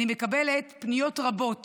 אני מקבלת פניות רבות